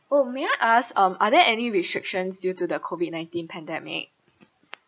oh may I ask um are there any restrictions due to the COVID-nineteen pandemic